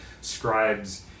scribes